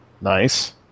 Nice